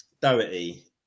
Doherty